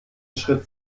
schritt